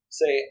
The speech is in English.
say